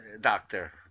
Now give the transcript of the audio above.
doctor